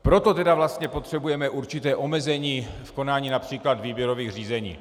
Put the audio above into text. Proto tedy vlastně potřebujeme určité omezení v konání například výběrových řízení.